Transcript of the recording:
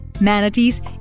Manatees